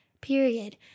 period